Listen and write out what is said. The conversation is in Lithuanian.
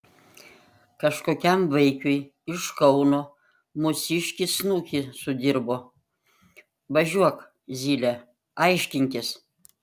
kažkokiam vaikiui iš kauno mūsiškis snukį sudirbo važiuok zyle aiškinkis